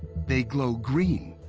they glow green.